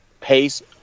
pace